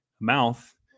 mouth